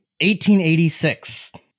1886